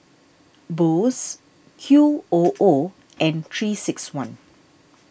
Bose Q O O and three six one